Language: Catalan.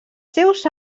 seus